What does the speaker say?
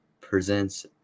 presents